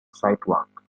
sidewalk